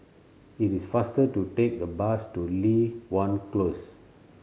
it is faster to take the bus to Li Hwan Close